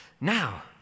now